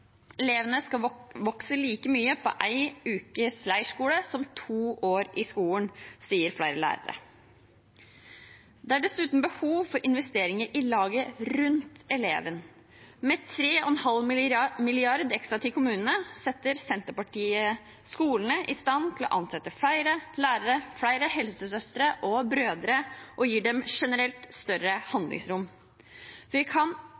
like mye på en ukes leirskole som to år i skolen, sier flere lærere. Det er dessuten behov for investeringer i laget rundt eleven. Med 3,5 mrd. kr ekstra til kommunene setter Senterpartiet skolene i stand til å ansette flere lærere, flere helsesøstre og -brødre og gir dem generelt større handlingsrom. Vi kan